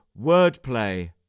wordplay